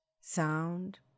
sound